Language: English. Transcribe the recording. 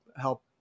help